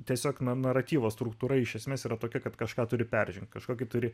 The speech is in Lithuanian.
tiesiog naratyvo struktūra iš esmės yra tokia kad kažką turi peržengti kažkokį turi